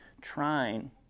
trying